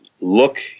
look